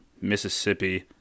Mississippi